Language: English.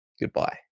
goodbye